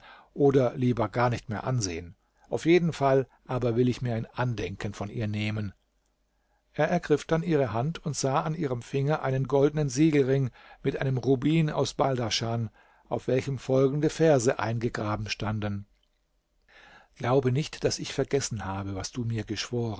oder lieber gar nicht mehr ansehen auf jeden fall aber will ich mir ein andenken von ihr nehmen er ergriff dann ihre hand und sah an ihrem finger einen goldnen siegelring mit einem rubin aus balchaschan auf welchem folgende verse eingegraben standen glaube nicht daß ich vergessen habe was du mir geschworen